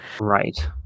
Right